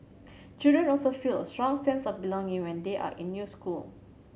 children also feel a strong sense of belonging when they are in new school